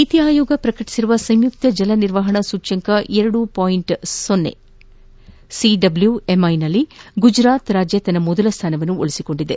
ನೀತಿ ಆಯೋಗ ಪ್ರಕಟಿಸಿರುವ ಸಂಯುಕ್ತ ಜಲ ನಿರ್ವಹಣಾ ಸೂಚ್ಯಂಕ ಸಿದ್ಲೊ ಎಂಐನಲ್ಲಿ ಗುಜರಾತ್ ತನ್ನ ಮೊದಲ ಸ್ಥಾನವನ್ನು ಉಳಿಸಿಕೊಂಡಿದೆ